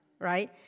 right